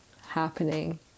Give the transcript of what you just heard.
happening